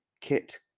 Kit